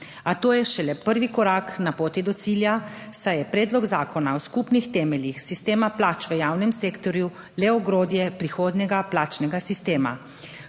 A to je šele prvi korak na poti do cilja, saj je Predlog zakona o skupnih temeljih sistema plač v javnem sektorju le ogrodje prihodnjega plačnega sistema.